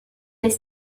les